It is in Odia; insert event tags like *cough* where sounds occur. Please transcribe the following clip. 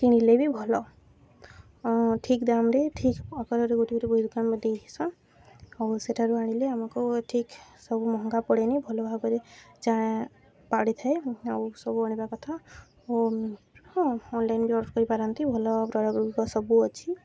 କିଣିଲେ ବି ଭଲ ଠିକ୍ ଦାମ୍ରେ ଠିକ୍ ଅକାରରେ ଗୋଟେ ଗୋଟେ ବହି ଦୋକାନ ଦେଇଦସ ଆଉ ସେଇଠାରୁ ଆଣିଲେ ଆମକୁ ଠିକ୍ ସବୁ ମହଙ୍ଗା ପଡ଼େନି ଭଲ ଭାବରେ ପଡ଼ିଥାଏ ଆଉ ସବୁ ଆଣିବା କଥା ଓ ହଁ ଅନଲାଇନ୍ବି ଅର୍ଡ଼ର୍ କରିପାରନ୍ତି ଭଲ *unintelligible* ଗୁଡ଼ିକ ସବୁ ଅଛି